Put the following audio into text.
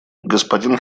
господин